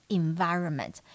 environment